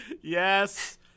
Yes